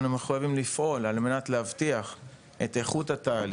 אנחנו מחויבים לפעול על מנת להבטיח את איכות התהליך,